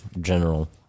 general